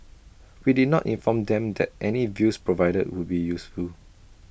we did not inform them that any views provided would be useful